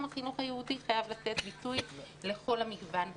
החינוך היהודי חייב לתת ביטוי לכל המגוון הזה.